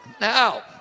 Now